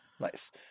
Nice